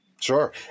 sure